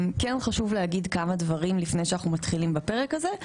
חשוב להגיד כמה דברים לפני שאנחנו מתחילים את הפרק הזה.